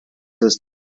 des